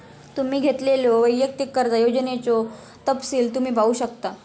तुम्ही घेतलेल्यो वैयक्तिक कर्जा योजनेचो तपशील तुम्ही पाहू शकता